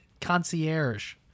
concierge